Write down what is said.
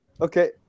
Okay